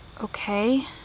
Okay